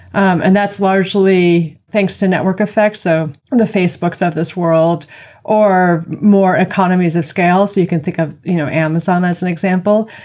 um and that's largely thanks to network effects. so the facebooks of this world or more economies at scale, so you can think of you know amazon as an example.